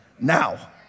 now